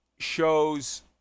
shows